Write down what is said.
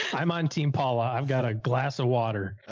i'm on team paula. i've got a glass of water.